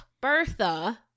Bertha